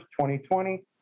2020